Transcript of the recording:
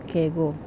okay go